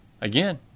Again